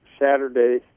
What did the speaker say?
Saturday